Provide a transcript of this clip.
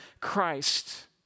Christ